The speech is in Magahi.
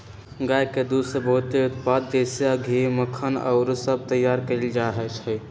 गाय के दूध से बहुते उत्पाद जइसे घीउ, मक्खन आउरो सभ तइयार कएल जाइ छइ